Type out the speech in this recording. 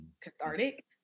cathartic